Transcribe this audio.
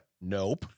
Nope